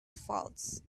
faults